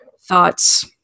Thoughts